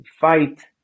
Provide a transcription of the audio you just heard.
fight